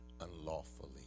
unlawfully